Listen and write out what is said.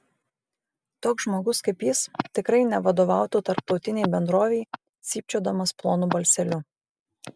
toks žmogus kaip jis tikrai nevadovautų tarptautinei bendrovei cypčiodamas plonu balseliu